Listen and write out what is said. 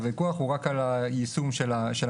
הוויכוח הוא רק על היישום של המדיניות,